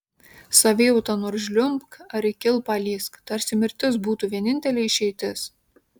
savijauta nors žliumbk ar į kilpą lįsk tarsi mirtis būtų vienintelė išeitis